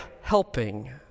helping